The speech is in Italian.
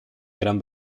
gran